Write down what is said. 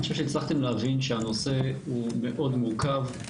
אני חושב שהצלחתם להבין שהנושא הוא מאוד מורכב,